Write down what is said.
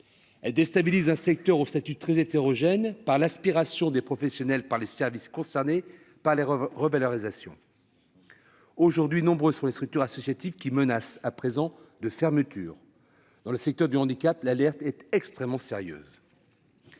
Elles déstabilisent un secteur aux statuts très hétérogènes du fait de l'aspiration des professionnels par les services concernés par les revalorisations. Nombreuses sont les structures associatives qui sont aujourd'hui menacées de fermeture. Dans le secteur du handicap, l'alerte est extrêmement sérieuse.